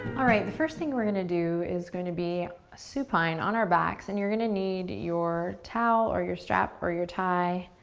alright, the first thing we're gonna do is going to be a supine on our backs, and you're gonna need your towel or your strap or your tie,